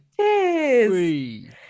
cheers